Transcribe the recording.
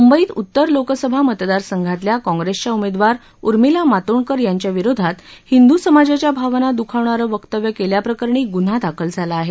मुंबईत उत्तर लोकसभा मतदारसंघातल्या काँप्रेसच्या उमेदवार उमिंला मातोंडकर यांच्याविरोधात हिंदू समाजाच्या भावना दुखवणारं वक्तव्य केल्याप्रकरणी गुन्हा दाखल झाला आहे